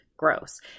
gross